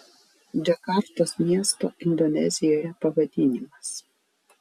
džakartos miesto indonezijoje pavadinimas